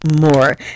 more